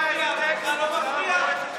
לך זה לא מפריע?